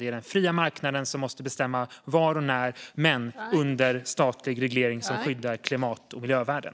Det är den fria marknaden som måste bestämma var och när man ska avverka men under statlig reglering som skyddar klimat och miljövärden.